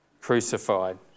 crucified